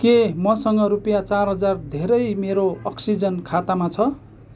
के मसँग रुपियाँ चार हजार धेरै मेरो अक्सिजेन खातामा छ